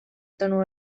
tonu